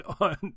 on